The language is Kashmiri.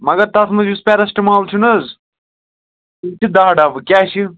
مگر تَتھ منٛز یُس پیرَسٹٕمال چھُنہٕ حظ تِم چھِ دَہ ڈَبہٕ کیٛاہ چھِ